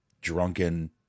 drunken